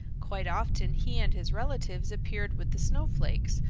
quite often he and his relatives appeared with the snowflakes,